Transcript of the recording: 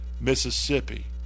mississippi